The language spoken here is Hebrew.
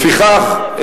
לפיכך,